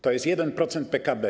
To jest 1% PKB.